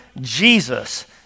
Jesus